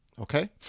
okay